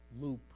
loop